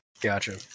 Gotcha